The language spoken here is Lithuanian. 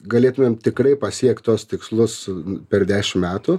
galėtumėm tikrai pasiekt tuos tikslus per dešimt metų